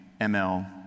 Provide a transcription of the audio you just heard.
ML